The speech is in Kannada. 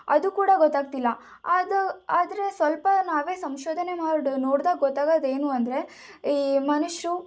ಅದು ಕೂಡ ಗೊತ್ತಾಗ್ತಿಲ್ಲ ಅದು ಆದರೆ ಸ್ವಲ್ಪ ನಾವೇ ಸಂಶೋಧನೆ ಮಾಡಿ ನೋಡಿದಾಗ ಗೊತ್ತಾಗೋದೇನು ಅಂದರೆ ಈ ಮನುಷ್ಯರು